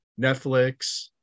Netflix